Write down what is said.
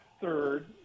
third